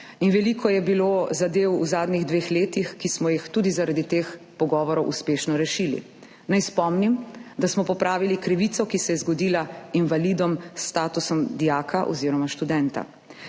veliko je bilo zadev v zadnjih dveh letih, ki smo jih tudi zaradi teh pogovorov uspešno rešili. Naj spomnim, da smo popravili krivico, ki se je zgodila invalidom s statusom dijaka oziroma študenta.